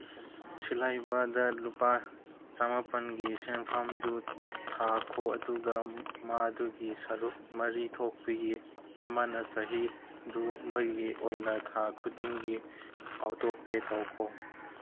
ꯁꯤꯜꯍꯩꯕꯗ ꯂꯨꯄꯥ ꯆꯃꯥꯄꯟꯒꯤ ꯁꯦꯟꯐꯝꯗꯨ ꯊꯥꯈꯣ ꯑꯗꯨꯒ ꯃꯗꯨꯒꯤ ꯁꯔꯨꯛ ꯃꯔꯤ ꯊꯣꯛꯄꯒꯤ ꯑꯃꯅ ꯆꯍꯤꯗꯨꯃꯒꯤ ꯑꯣꯏꯅ ꯊꯥ ꯈꯨꯗꯤꯡꯒꯤ ꯑꯣꯇꯣ ꯄꯦ ꯇꯧꯈꯣ